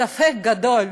ספק גדול,